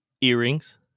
earrings